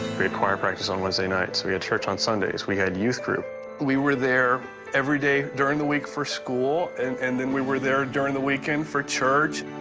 required practice on wednesday night so we had church on sundays we had youth group we were there every day during the week for school and and then we were there during the weekend for church